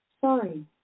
Sorry